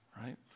right